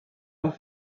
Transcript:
pas